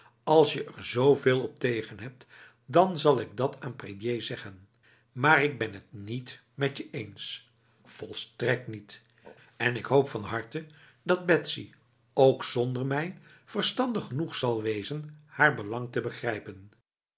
als je er zveel op tegen hebt dan zal ik dat aan prédier zeggen maar ik ben het niet met je eens volstrekt niet en ik hoop van harte dat betsy ook zonder mij verstandig genoeg zal wezen haar belang te begrijpenf